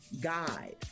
guide